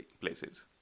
places